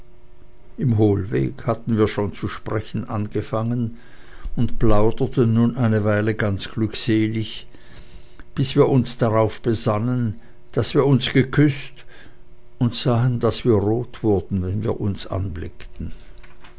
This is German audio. im hohlweg hatten wir schon zu sprechen angefangen und plauderten nun eine weile ganz glückselig bis wir uns darauf besannen daß wir uns geküßt und sahen daß wir rot wurden wenn wir uns anblickten